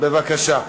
בבקשה.